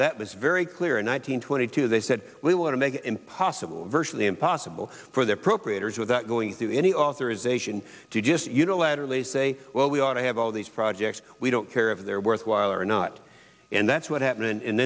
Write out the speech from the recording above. that was very clear in one thousand nine hundred two they said we want to make it impossible virtually impossible for the appropriators without going through any authorisation to just unilaterally say well we ought to have all these projects we don't care of their worthwhile or not and that's what happened and